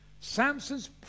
Samson's